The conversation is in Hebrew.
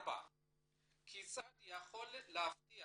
4. כיצד יכול להבטיח